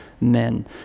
men